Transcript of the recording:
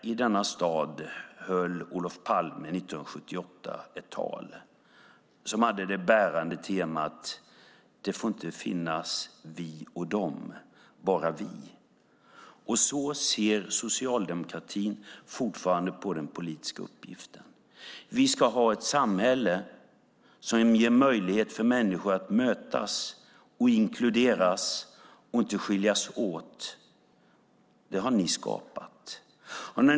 I denna stad höll Olof Palme 1978 ett tal som hade det bärande temat: Det får inte finnas vi och de, bara vi. Så ser socialdemokratin fortfarande på den politiska uppgiften. Vi ska ha ett samhälle som ger människor möjlighet att mötas och inkluderas. De ska inte skiljas åt som i det samhälle ni har skapat.